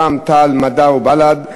רע"ם-תע"ל-מד"ע ובל"ד,